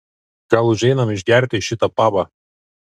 gal užeinam išgerti į šitą pabą